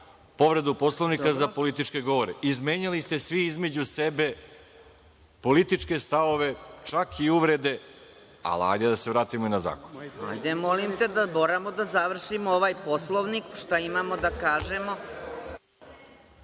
povredu Poslovnika za političke govore. Izmenjali ste svi između sebe političke stavove, čak i uvrede, ali hajde da se vratimo na zakon. **Vjerica Radeta** Hajde, molim te, moramo da završimo ovaj Poslovnik, šta imamo da kažemo.